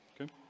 Okay